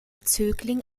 zögling